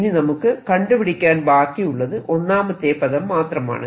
ഇനി നമുക്ക് കണ്ടുപിടിക്കാൻ ബാക്കിയുള്ളത് ഒന്നാമത്തെ പദം മാത്രമാണ്